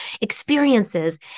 experiences